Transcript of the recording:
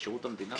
שרות המדינה?